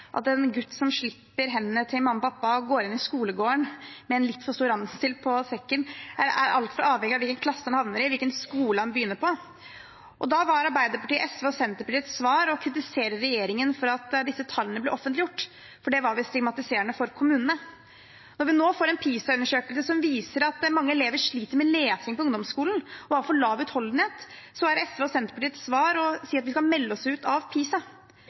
at en gutt som slipper hendene til mamma og pappa og går inn i skolegården med en litt for stor ransel på ryggen, er altfor avhengig av hvilken klasse han havner i, hvilken skole han begynner på. Da var Arbeiderpartiet, SV og Senterpartiets svar å kritisere regjeringen for at disse tallene ble offentliggjort, for det var visst stigmatiserende for kommunene. Når vi nå får en PISA-undersøkelse som viser at mange elever sliter med lesing på ungdomsskolen og har for lav utholdenhet, er SV og Senterpartiets svar å si at vi skal melde oss ut av PISA.